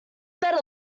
better